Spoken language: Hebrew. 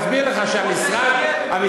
יש כיפה על הראש,